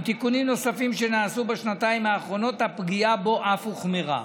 עם תיקונים נוספים שנעשו בשנתיים האחרונות הפגיעה בו אף הוחמרה.